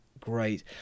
great